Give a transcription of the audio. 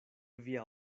via